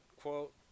quote